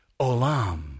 Olam